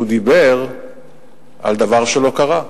הוא דיבר על דבר שלא קרה.